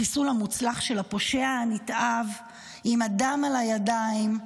החיסול המוצלח של הפושע הנתעב עם הדם על הידיים,